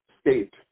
state